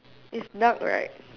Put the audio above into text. it's not right